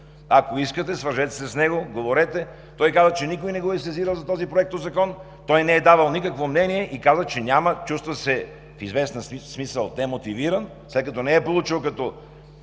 Ако искате, свържете се с него, говорете, той каза, че никой не го е сезирал за този законопроект, той не е давал никакво мнение и се чувства в известен смисъл демотивиран, след като не е получил този